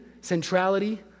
centrality